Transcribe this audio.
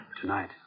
Tonight